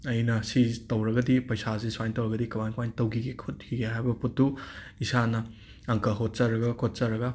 ꯑꯩꯅ ꯁꯤꯖꯤ ꯇꯧꯔꯒꯗꯤ ꯄꯩꯁꯥꯁꯦ ꯁ꯭ꯋꯥꯏ ꯇꯧꯔꯒꯗꯤ ꯀꯃꯥꯏ ꯀꯃꯥꯏ ꯇꯧꯈꯤꯒꯦ ꯈꯣꯠꯈꯤꯒꯦ ꯍꯥꯏꯕ ꯄꯣꯠꯇꯨ ꯏꯁꯥꯅ ꯑꯪꯀ ꯍꯣꯠꯆꯔꯒ ꯈꯣꯠꯆꯔꯒ